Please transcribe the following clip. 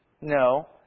No